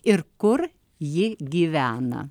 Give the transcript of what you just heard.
ir kur ji gyvena